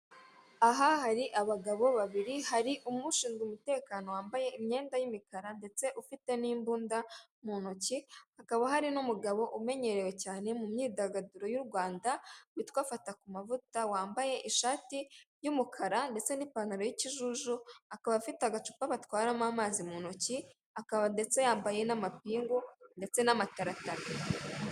Aha hari abagabo babiri, hari umwe ushinzwe umutekano wambaye imyenda y'imikara ndetse ufite n'imbunda mu ntoki, hakaba hari n'umugabo umenyerewe cyane mu myidagaduro y'u Rwanda witwa fata ku mavuta, wambaye ishati y'umukara ndetse n'ipantaro y'ikijuju, akaba afite agacupa batwaramo amazi mu ntoki, akaba ndetse yambaye n'amapingu ndetse n'amataratara.